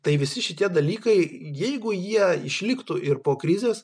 tai visi šitie dalykai jeigu jie išliktų ir po krizės